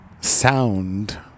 sound